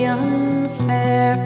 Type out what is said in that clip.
unfair